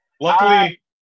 Luckily